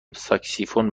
ساکسیفون